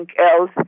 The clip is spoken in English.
else